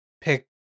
pick